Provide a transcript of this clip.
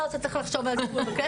תלונות.